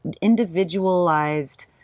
individualized